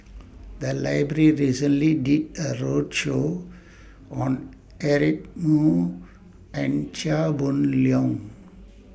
The Library recently did A roadshow on Eric Moo and Chia Boon Leong